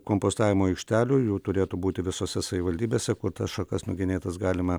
kompostavimo aikštelių jų turėtų būti visose savivaldybėse kur tas šakas nugenėtas galima